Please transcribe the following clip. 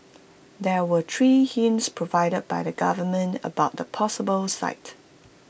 there were three hints provided by the government about the possible site